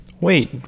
wait